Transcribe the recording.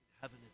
heaven